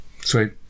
Sweet